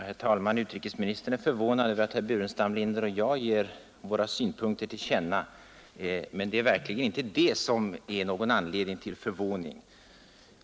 Herr talman! Utrikesministern är förvånad över att herr Burenstam Linder och jag ger våra synpunkter till känna, men det är verkligen inte det som ger någon anledning till förvåning.